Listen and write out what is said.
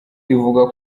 ivuga